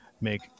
make